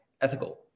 ethical